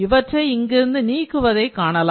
இவற்றை இங்கிருந்து நீக்குவதை காணலாம்